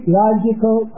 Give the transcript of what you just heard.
logical